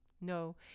no